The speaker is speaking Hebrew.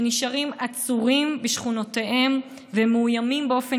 שנשארים עצורים בשכונותיהם ומאוימים באופן